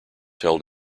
held